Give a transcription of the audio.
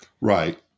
Right